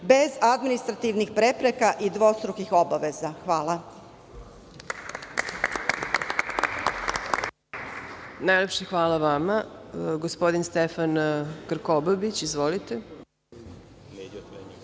bez administrativnih prepreka i dvostrukih obaveza. Hvala. **Marina Raguš** Najlepše hvala vama. Gospodin Stefan Krkobabić. Izvolite.